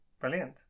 brilliant